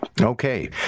Okay